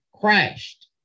crashed